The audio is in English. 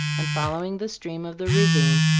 and, following the stream of the ravine,